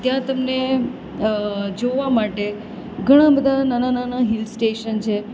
ત્યાં તમને જોવા માટે ઘણાં બધાં નાના નાના હિલસ્ટેશન છે